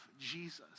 Jesus